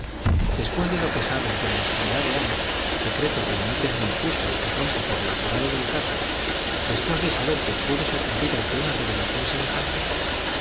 después de lo que sabes de la enfermedad de ana secreto que benítez me impuso y que rompo por lo apurado del caso después de saber que puede sucumbir ante una revelación semejante